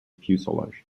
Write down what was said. fuselage